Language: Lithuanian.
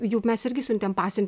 juk mes irgi siuntėme pasiun